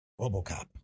Robocop